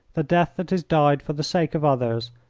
the death that is died for the sake of others,